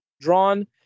drawn